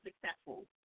successful